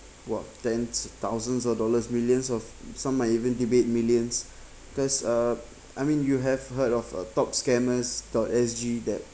!whoa! tens thousands of dollars millions of some are even debate millions cause uh I mean you have heard of a top scammers dot S_G that